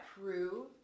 prove